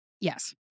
yes